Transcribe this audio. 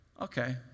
okay